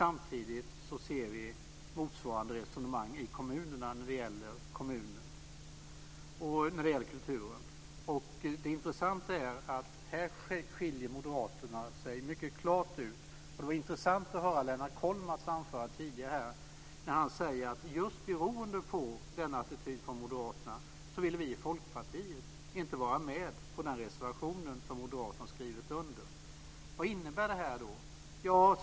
Vi ser motsvarande resonemang i kommunerna när det gäller kulturen. Det intressanta är att moderaterna skiljer ut sig mycket klart i det här avseendet. Det var intressant att höra Lennart Kollmats anförande tidigare. Han sade: Just beroende på den attityden från moderaterna vill vi i Folkpartiet inte vara med på den reservation som moderaterna har skrivit under. Vad innebär det här?